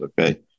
Okay